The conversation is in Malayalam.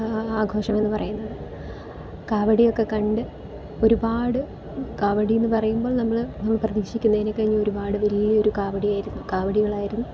ആഘോഷം എന്ന് പറയുന്നത് കാവടിയൊക്കെ കണ്ട് ഒരുപാട് കാവടി എന്ന് പറയുമ്പോൾ നമ്മൾ പ്രതീക്ഷിക്കുന്നതിനേക്കാളും ഒരുപാട് വലിയ ഒരു കാവടി ആയിരുന്നു കവടികളായിരുന്നു